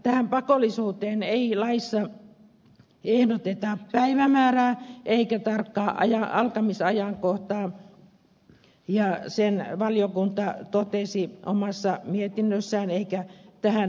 tähän pakollisuuteen ei laissa ehdoteta päivämäärää eikä tarkkaa alkamisajankohtaa ja sen valiokunta totesi omassa mietinnössään eikä tähän puuttunut